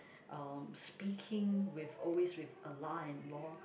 um speaking with always with a lah and lor